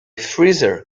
freezer